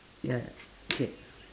ya k